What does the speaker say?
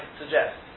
suggest